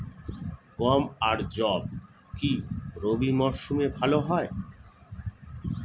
গম আর যব কি রবি মরশুমে ভালো হয়?